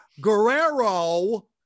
Guerrero